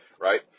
right